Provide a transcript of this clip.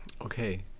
Okay